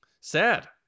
Sad